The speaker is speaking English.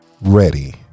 ready